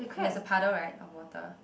there's a paddle right of water